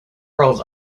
roles